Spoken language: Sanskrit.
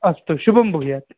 अस्तु शुभं भूयात्